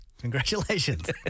Congratulations